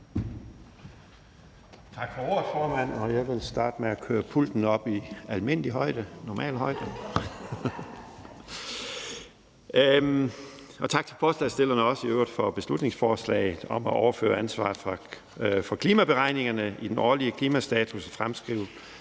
Tak for ordet, formand. Jeg vil starte med at køre pulten op i almindelig højde. Også tak til forslagsstillerne for beslutningsforslaget om at overføre ansvaret for klimaberegningerne i den årlige klimastatus og -fremskrivning